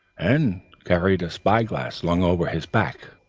and carried a spy-glass slung over his back.